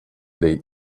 they